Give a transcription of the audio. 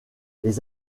les